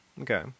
Okay